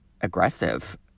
aggressive